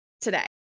today